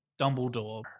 Dumbledore